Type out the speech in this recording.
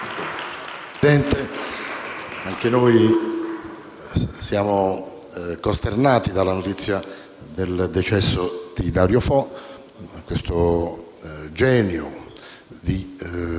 Presidente, anche noi siamo costernati dalla notizia del decesso di Dario Fo, questo genio di